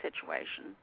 situation